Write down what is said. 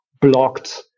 blocked